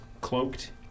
cloaked